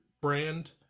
brand